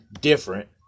different